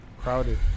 crowded